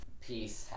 peace